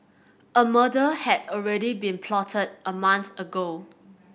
a murder had already been plotted a month ago